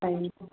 पाइन्छ